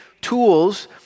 tools